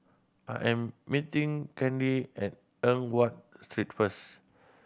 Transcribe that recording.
I am meeting Kandy at Eng Watt Street first